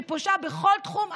שפושה בכל תחום,